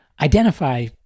identify